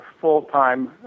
full-time